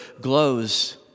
glows